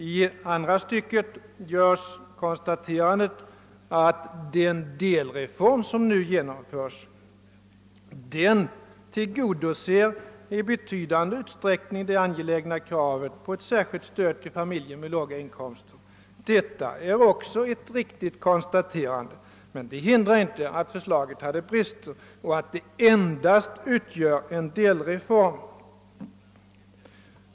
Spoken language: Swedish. I andra stycket görs konstaterandet, att den delreform som nu genomförs »tillgodoser i betydande utsträckning det angelägna kravet på ett särskilt stöd till familjer med låga inkomster». Detta är också ett riktigt konstaterande, men det hindrar inte att förslaget har brister och endast utgör en delreform.